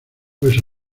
pues